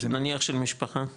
נניח של משפחה גרעינית,